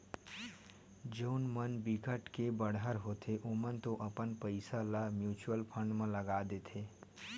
जउन मन बिकट के बड़हर होथे ओमन तो अपन पइसा ल म्युचुअल फंड म लगा देथे